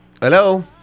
Hello